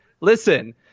Listen